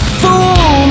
fool